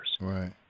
Right